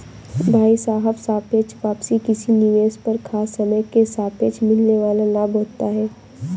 भाई साहब सापेक्ष वापसी किसी निवेश पर खास समय के सापेक्ष मिलने वाल लाभ होता है